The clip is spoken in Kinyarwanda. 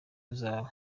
ruzaba